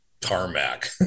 tarmac